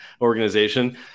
organization